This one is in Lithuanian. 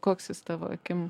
koks jis tavo akim